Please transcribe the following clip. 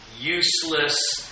useless